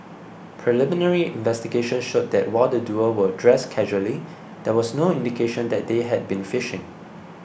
preliminary investigations showed that while the duo were dressed casually there was no indication that they had been fishing